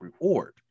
reward